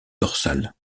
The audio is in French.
dorsale